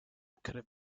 could